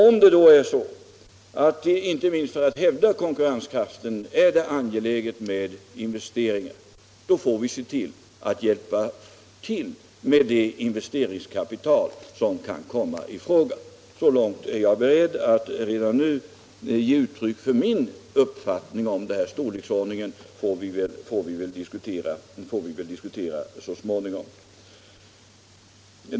Om det inte minst för att hävda konkurrenskraften är angeläget med investeringar får vi hjälpa till med det investeringskapital som kan komma i fråga. Så mycket är jag beredd att redan nu säga som uttryck för min uppfattning om detta. Storleksordningen får vi diskutera så småningom.